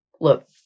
Look